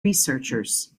researchers